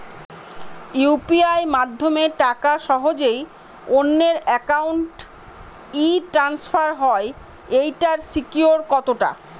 UPI মাধ্যমে টাকা সহজেই অন্যের অ্যাকাউন্ট ই ট্রান্সফার হয় এইটার সিকিউর কত টা?